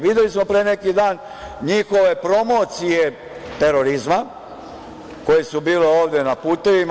Videli smo pre neki dan njihove promocije terorizma koje su bile ovde na putevima.